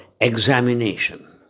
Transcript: examination